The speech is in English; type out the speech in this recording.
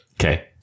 Okay